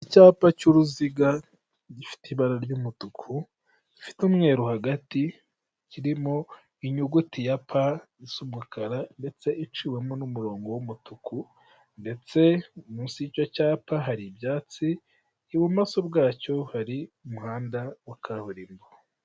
Icyapa cy'uruziga gifite ibara ry'umutuku, gifite umweru hagati kirimo inyuguti ya p isa umukara, ndetse iciwemo n'umurongo w'umutuku, ndetse munsi y'icyo cyapa hari ibyatsi ibumoso bwacyo hari umuhanda wa kaburimbo.